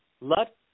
Let